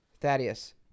Thaddeus